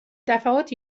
دفعات